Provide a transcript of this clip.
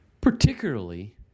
particularly